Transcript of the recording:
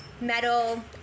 Metal